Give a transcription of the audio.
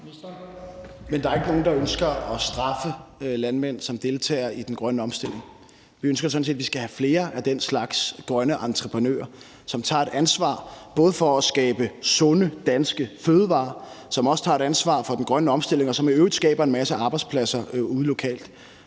Der er ikke nogen, der ønsker at straffe landmænd, som deltager i den grønne omstilling. Vi ønsker sådan set, at vi skal have flere af den slags grønne entreprenører, som både tager et ansvar for at skabe sunde danske fødevarer, og som også tager et ansvar for den grønne omstilling, og som i øvrigt skaber en masse arbejdspladser ude lokalt.